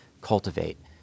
cultivate